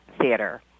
theater